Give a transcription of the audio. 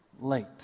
late